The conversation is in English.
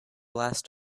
last